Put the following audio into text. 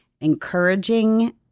encouraging